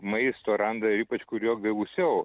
maisto randa ir ypač kurio gausiau